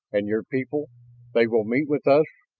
and your people they will meet with us?